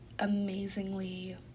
amazingly